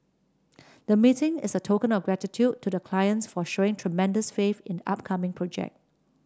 the meeting is a token of gratitude to the clients for showing tremendous faith in the upcoming project